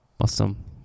Awesome